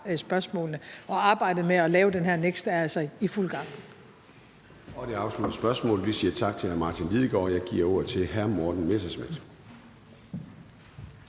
spørgsmålene – og arbejdet med at lave den her NEKST er altså i fuld gang. Kl. 14:10 Formanden (Søren Gade): Det afslutter spørgsmålet. Vi siger tak til hr. Martin Lidegaard. Jeg giver nu ordet til hr. Morten Messerschmidt.